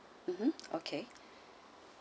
mmhmm okay